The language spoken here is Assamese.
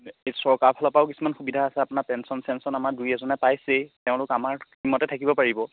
চৰকাৰৰফালৰপাও কিছুমান সুবিধা আছে আপোনাৰ পেঞ্চন চেঞ্চন আমাৰ দুই এজনে পাইছেই তেওঁলোক আমা টিমতে থাকিব পাৰিব